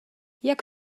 jak